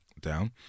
down